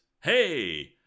hey